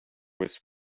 was